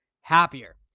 happier